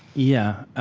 yeah,